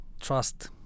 trust